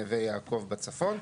נווה יעקב בצפון,